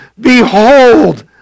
Behold